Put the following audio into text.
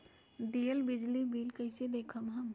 दियल बिजली बिल कइसे देखम हम?